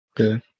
Okay